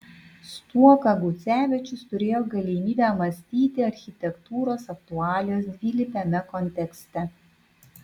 stuoka gucevičius turėjo galimybę mąstyti architektūros aktualijas dvilypiame kontekste